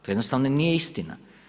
To jednostavno nije istina.